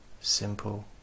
simple